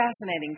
fascinating